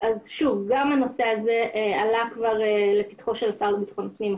גם הנושא הזה עלה לפתחו של השר לביטחון הפנים החדש.